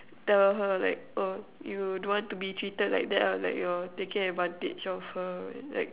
tell her like oh you don't want to be treated like that lah like you're taking advantage of her